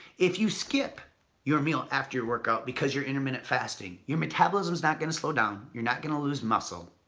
if you skip your meal after your workout, because you're intermittent fasting, your metabolism is not going to slow down. you're not going to lose muscle,